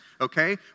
Okay